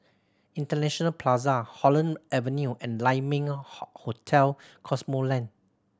International Plaza Holland Avenue and Lai Ming Hotel Cosmoland